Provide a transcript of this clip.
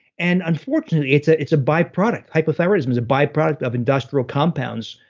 and unfortunately it's ah it's a by-product, hypothyroidism is a by-product of industrial compounds.